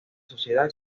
sociedad